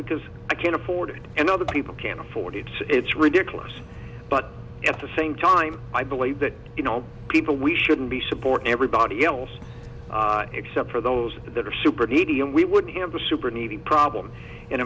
because i can afford it and other people can't afford it it's ridiculous but at the same time i believe that people we shouldn't be supporting everybody else except for those that are super needy and we would have the super needy problem in